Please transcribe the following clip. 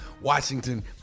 Washington